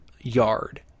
yard